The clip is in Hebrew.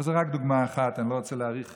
אבל זו רק דוגמה אחת, אני לא רוצה להאריך.